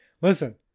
listen